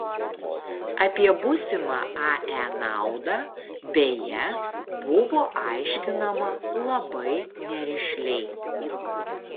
apie būsimą ae naudą beje buvo aiškinama labai nerišliai